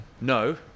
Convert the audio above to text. No